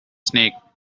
snake